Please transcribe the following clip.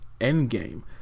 Endgame